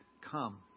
come